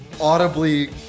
audibly